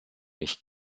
nicht